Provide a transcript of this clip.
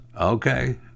Okay